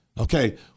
Okay